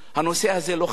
הנושא הזה לא חשוב.